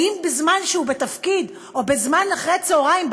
האם בזמן שהוא בתפקיד או אחרי הצהריים,